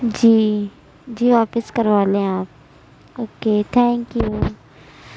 جی جی واپس کروا لیں آپ اوکے تھینک یو